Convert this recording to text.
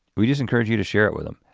we just encourage you to share it with them.